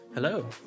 Hello